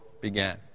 began